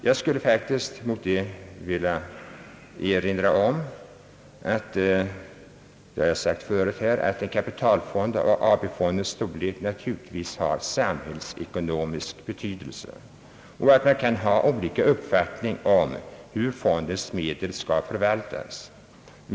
Jag skulle faktiskt mot det vilja erinra om — det har jag sagt förut här — att en kapitalfond av AP-fondens storlek naturligtvis har samhällsekonomisk betydelse och att man kan ha olika uppfattning om hur fondens medel skall förvaltas.